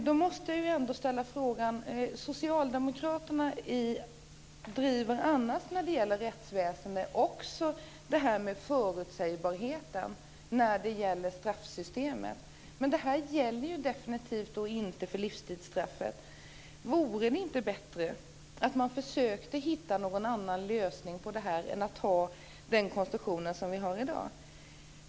Fru talman! Jag måste ställa en fråga. Socialdemokraterna driver annars när det gäller rättsväsendet också detta med förutsägbarheten när det gäller straffsystemet. Men detta gäller definitivt inte för livstidsstraffet. Vore det inte bättre att man försökte hitta någon annan lösning på detta än att ha den konstruktion som vi har i dag?